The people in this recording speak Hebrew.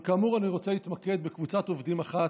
אבל כאמור אני רוצה להתמקד בקבוצת עובדים אחת,